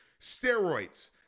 Steroids